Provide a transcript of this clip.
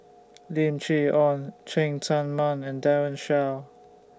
Lim Chee Onn Cheng Tsang Man and Daren Shiau